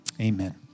amen